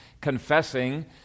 confessing